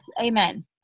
Amen